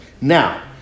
Now